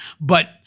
But-